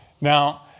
Now